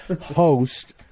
host